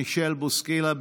מישל בוסקילה,